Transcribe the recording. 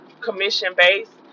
Commission-based